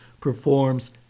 performs